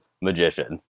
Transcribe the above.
magician